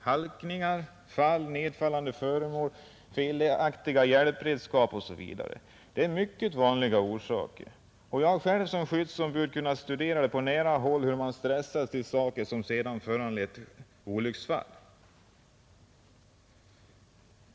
Halkningar, fall, nedfallande föremål, felaktiga hjälpredskap osv. är mycket vanliga orsaker. Jag har själv som skyddsombud på nära håll kunnat studera hur man stressats till saker som sedan föranlett olycksfall.